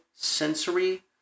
sensory